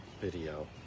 video